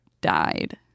died